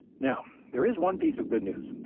now there is one piece of good news.